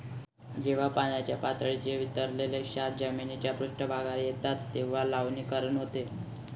जेव्हा पाण्याच्या पातळीत विरघळलेले क्षार जमिनीच्या पृष्ठभागावर येतात तेव्हा लवणीकरण होते